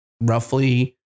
roughly